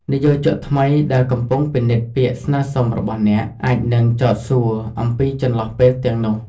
និយោជកថ្មីដែលកំពុងពិនិត្យពាក្យស្នើសុំរបស់អ្នក អាចនឹង ចោទសួរ អំពីចន្លោះពេលទាំងនេះ។